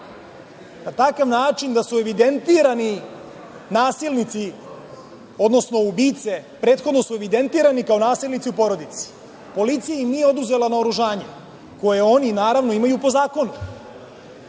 na takav način da su evidentirani nasilnici, odnosno ubice, prethodno evidentirani kao nasilnici u porodici. Policija im nije oduzela naoružanje koje oni naravno imaju po zakonu.